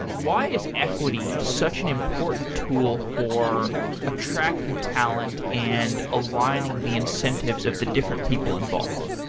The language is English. why is equity such an important tool for attracting talent and aligning the incentives of the different people involved?